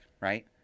right